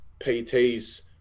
PTs